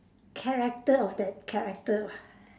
character of that character [what]